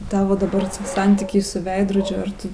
tavo dabar sa santykiai su veidrodžiu ar tu